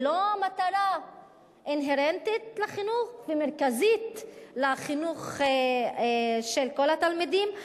היא לא מטרה אינהרנטית בחינוך ומרכזית לחינוך של כל התלמידים?